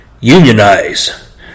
unionize